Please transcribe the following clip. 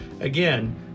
Again